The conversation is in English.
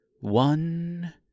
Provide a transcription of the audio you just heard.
one